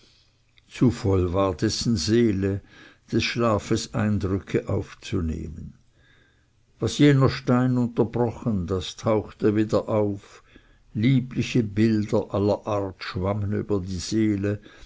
zu voll war dessen seele des schlafes eindrücke aufzunehmen was jener stein unterbrochen das tauchte wieder auf liebliche bilder aller art schwammen über die seele